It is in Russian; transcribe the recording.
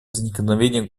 возникновения